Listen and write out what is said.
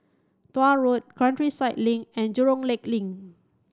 Tuah Road Countryside Link and Jurong Lake Link